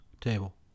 Table